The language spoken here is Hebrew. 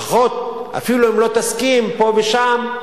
לפחות, אפילו לא תסכים פה ושם,